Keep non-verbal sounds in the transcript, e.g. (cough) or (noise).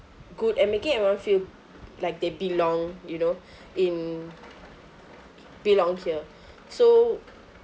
good and making everyone feel like they belong you know (breath) in belongs here so